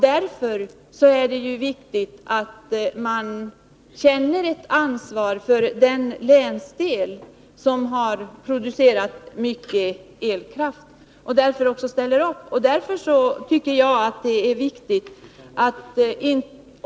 Därför är det viktigt att staten känner ett ansvar för den länsdel som har producerat mycket elkraft och också ställer upp för den.